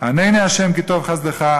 "ענני ה' כי טוב חסדך,